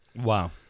Wow